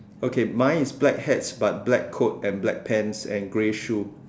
okay mine is black hats but black coat and black pants and grey shoe